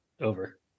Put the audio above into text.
over